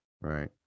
Right